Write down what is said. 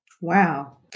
wow